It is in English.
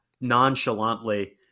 nonchalantly